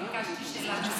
ביקשתי שאלה נוספת.